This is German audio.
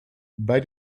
bei